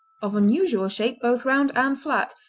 of unusual shape, both round and flat,